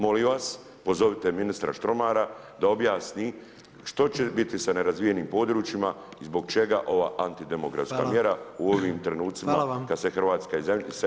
Molim vas pozovite ministra Štromara da objasni što će biti sa nerazvijenim područjima i zbog čega ova antidemografska mjera u ovim trenucima kada se Hrvatska iseljava i izumire.